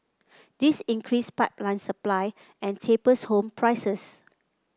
this increase pipeline supply and tapers home prices